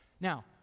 Now